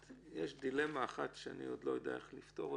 יש דילמה אחת שאני עוד לא יודע איך לפתור,